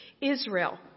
Israel